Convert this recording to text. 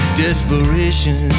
desperation